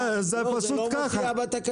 לא, זה לא מופיע בתקנה.